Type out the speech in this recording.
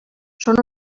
són